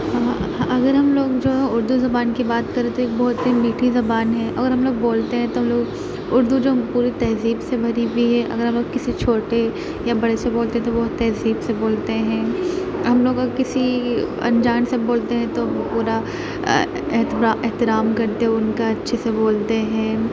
اگر ہم لوگ جو ہے اردو زبان کی بات کریں تو ایک بہت ہی میٹھی زبان ہے اگر ہم لوگ بولتے ہیں تو لوگ اردو جو پوری تہذیب سے بھری ہوئی ہے اگر ہم لوگ کسی چھوٹے یا بڑے سے بولتے ہیں تو بہت تہذیب سے بولتے ہیں ہم لوگ اگر کسی انجان سے بولتے ہیں تو پورا احترام کرتے ہوئے ان کا اچھے سے بولتے ہیں